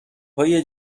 های